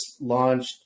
launched